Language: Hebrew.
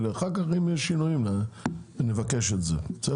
ואחר כך אם יש שינויים נבקש את זה בסדר?